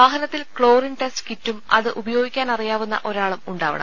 വാഹനത്തിൽ chlorine test കിറ്റും അത് ഉപയോഗിക്കാനറിയാ വുന്ന ഒരാളും ഉണ്ടാവണം